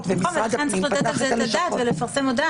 אלא כן לקבוע איזושהי מגבלת זמן.